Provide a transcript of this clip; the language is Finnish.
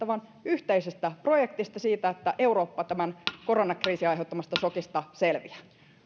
vaan yhteisestä projektista siitä että eurooppa tämän koronakriisin aiheuttamasta sokista selviää